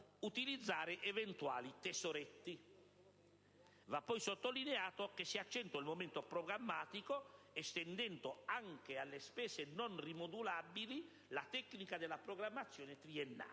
utilizzare eventuali tesoretti. Va poi sottolineato che si accentua il momento programmatico estendendo anche sulle spese non rimodulabili la tecnica della programmazione triennale,